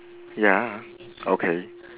ya okay